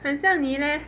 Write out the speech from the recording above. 很像你 leh